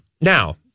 Now